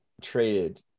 traded